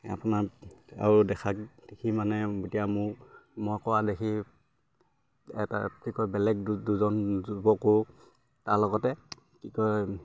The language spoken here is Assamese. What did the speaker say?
আপোনাৰ আৰু দেখা দেখি মানে এতিয়া মোক মই কৰা দেখি এটা কি কয় বেলেগ দুজন যুৱকো তাৰ লগতে কি কয়